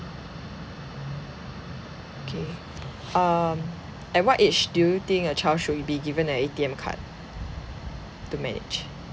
okay um at what age do you think a child should be given a A_T_M card to manage